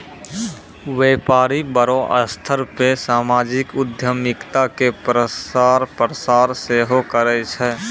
व्यपारी बड़ो स्तर पे समाजिक उद्यमिता के प्रचार प्रसार सेहो करै छै